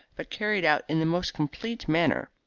but carried out in the most complete manner.